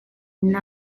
knew